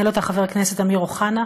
ניהל אותה חבר הכנסת אמיר אוחנה,